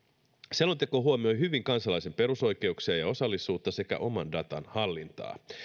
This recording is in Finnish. selonteko huomioi hyvin kansalaisen perusoikeuksia ja osallisuutta sekä oman datan hallintaa